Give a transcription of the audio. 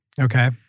Okay